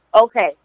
Okay